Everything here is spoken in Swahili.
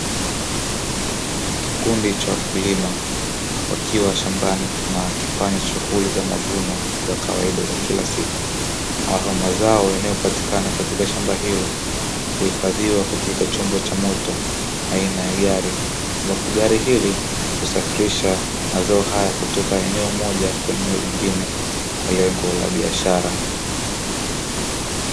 Kikundi cha wakulima wakiwa shambani na wakifanya shughuli za mavuno za kawaida za kila siku, ambapo mazao yanayopatikana katika shamba hilo kuhifadhiwa katika chombo cha moto aina ya gari, huku gari hili husafirisha mazao haya kutoka eneo moja kwenda eneo lingine kwa lengo la biashara.